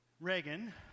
Reagan